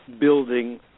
building